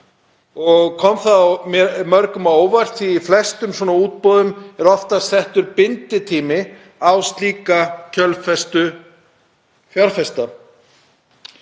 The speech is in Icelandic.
og kom það mörgum á óvart því að í flestum svona útboðum er oftast settur binditími á slíka kjölfestufjárfesta.